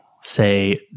say